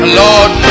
lord